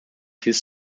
his